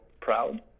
proud